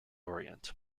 orient